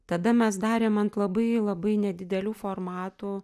tada mes darėm ant labai labai nedidelių formatų